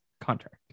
contract